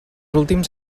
últims